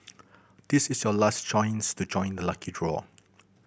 this is your last chance to join the lucky draw